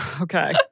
okay